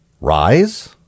rise